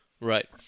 right